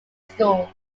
school